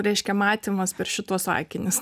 reiškia matymas per šituos akinius